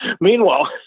Meanwhile